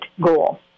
goal